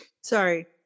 Sorry